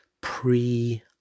pre